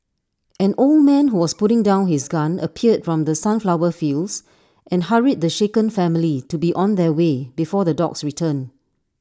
an old man who was putting down his gun appeared from the sunflower fields and hurried the shaken family to be on their way before the dogs return